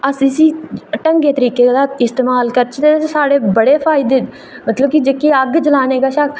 अस इसी ढंगै तरीके दा इस्तेमाल करचै तां साढ़े बड़े फायदे मतलब कि जेह्की अग्ग जलाने कशा